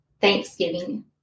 Thanksgiving